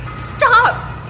Stop